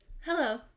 Hello